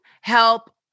help